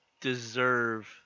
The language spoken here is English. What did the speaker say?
deserve